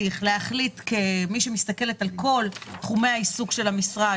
כמי שמסתכלת על כל תחומי העיסוק של המשרד